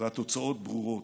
והתוצאות ברורות,